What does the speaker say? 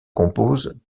compose